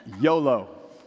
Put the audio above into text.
YOLO